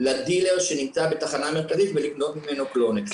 לדילר שנמצא בתחנה המרכזית ולקנות ממנו קלונקס.